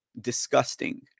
disgusting